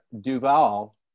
Duval